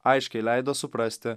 aiškiai leido suprasti